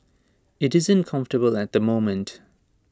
IT isn't comfortable at the moment